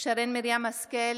שרן מרים השכל,